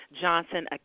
Johnson